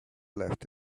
left